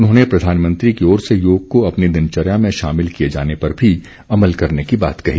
उन्होंने प्रधानमंत्री की ओर से योग को अपनी दिनचर्या में शामिल किए जाने पर भी अमल करने की बात कही